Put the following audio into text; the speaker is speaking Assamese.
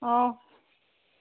অঁ